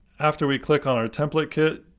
after we click on our template kit,